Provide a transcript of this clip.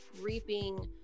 reaping